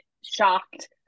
shocked